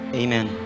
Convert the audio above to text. amen